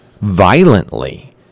violently